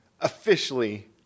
Officially